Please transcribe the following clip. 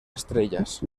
estrellas